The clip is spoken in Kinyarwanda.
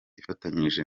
ifatanyije